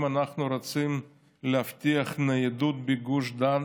אם אנחנו רוצים להבטיח ניידות בגוש דן,